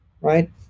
right